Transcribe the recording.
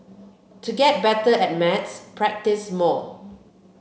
to get better at maths practise more